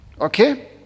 Okay